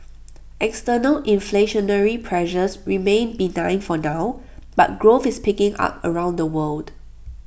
external inflationary pressures remain benign for now but growth is picking up around the world